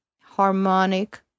harmonic